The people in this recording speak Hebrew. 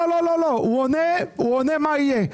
הוא עונה מה יהיה.